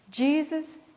Jesus